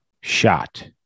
shot